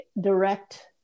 direct